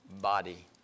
body